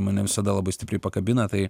mane visada labai stipriai pakabina tai